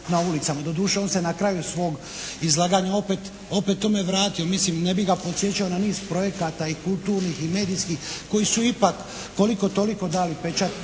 na ulicama. Doduše, on se na kraju svog izlaganja opet tome vratio. Mislim, ne bi ga podsjećao na niz projekata i kulturnih i medijskih koji su ipak koliko-toliko dali pečat